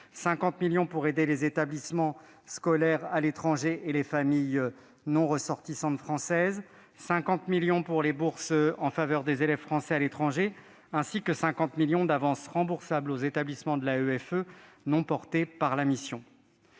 50 millions d'euros pour les aides aux établissements scolaires à l'étranger et aux familles non ressortissantes françaises ; 50 millions d'euros pour les bourses en faveur des élèves français à l'étranger ; enfin, 50 millions d'euros d'avances remboursables aux établissements de l'AEFE non portés par la présente